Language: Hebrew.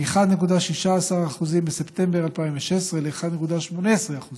מ-1.16% בספטמבר 2016 ל-1.18%